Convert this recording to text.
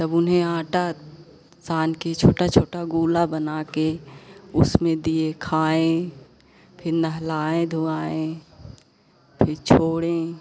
तब उन्हें आटा सान के छोटा छोटा गोला बना के उसमें दिए खाएं फिर नहलाएं धुआए फिर छोड़े